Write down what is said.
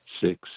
six